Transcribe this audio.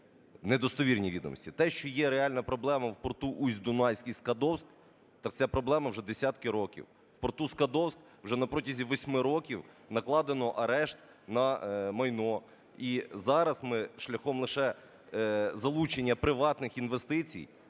недостовірні відомості. Те, що є реальна проблема в порту Усть-Дунайськ і Скадовськ - так це проблема вже десятки років. В порту Скадовськ уже на протязі восьми років накладено арешт на майно. І зараз ми шляхом лише залучення приватних інвестицій,